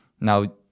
Now